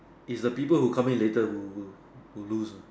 is the people who come in later who who lose uh